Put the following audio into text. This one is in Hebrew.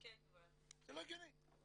זה לא הגיוני.